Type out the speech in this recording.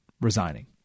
resigning